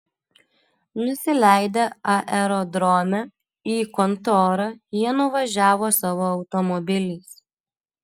nusileidę aerodrome į kontorą jie nuvažiavo savo automobiliais